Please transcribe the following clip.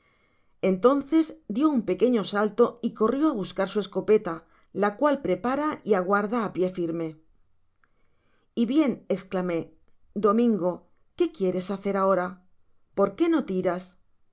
entonces dió un pequeño salto y corrio á buscar su escopeta la cual prepara y aguarda a pié firme y bien esclamé domingo qué quieres hacer ahora por qué no tiras no